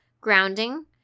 grounding